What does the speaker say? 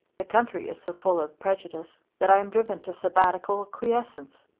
the country is so full of prejudice that i am driven to sabbatical quiescence.